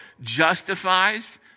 justifies